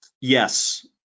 Yes